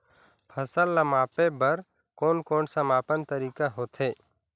फसल ला मापे बार कोन कौन सा मापन तरीका होथे?